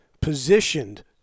positioned